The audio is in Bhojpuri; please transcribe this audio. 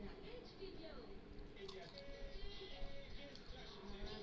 खेती किसान करेन औरु दाम सरकार तय करेला जौने से किसान के घाटा होला